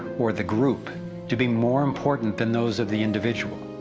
or the group to be more important than those of the individual.